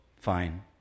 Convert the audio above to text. fine